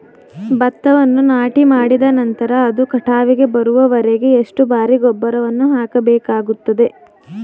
ಭತ್ತವನ್ನು ನಾಟಿಮಾಡಿದ ನಂತರ ಅದು ಕಟಾವಿಗೆ ಬರುವವರೆಗೆ ಎಷ್ಟು ಬಾರಿ ಗೊಬ್ಬರವನ್ನು ಹಾಕಬೇಕಾಗುತ್ತದೆ?